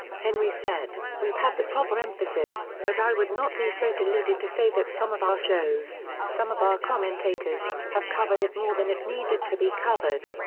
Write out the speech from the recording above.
henry said, we've had the proper emphasis, but i would not be so deluded to say that some of our shows, some of our commentators, have covered it more than it needed to be covered.